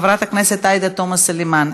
חברת הכנסת עאידה תומא סלימאן,